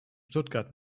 stuttgart